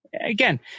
again